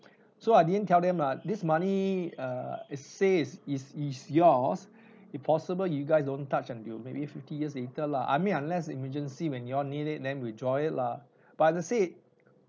so I didn't tell them lah this money err it's say it's it's yours if possible you guys don't touch until maybe fifty years later lah I mean unless emergency when you all need it then withdraw it lah but like I said